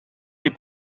les